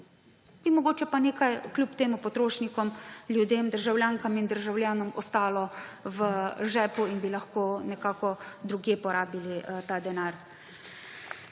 bi mogoče pa nekaj kljub temu potrošnikom, ljudem, državljankam in državljanom ostalo v žepu in bi lahko nekako drugje porabili ta denar.